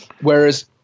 Whereas